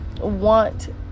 want